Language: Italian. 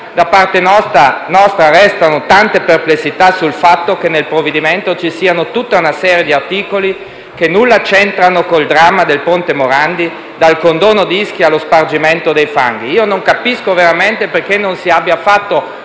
da parte nostra restano tante perplessità sul fatto che nel provvedimento ci sia tutta una serie di articoli che nulla c'entra con il dramma del ponte Morandi, dal condono di Ischia allo spargimento dei fanghi. Io non capisco veramente perché non si sia fatto